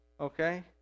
okay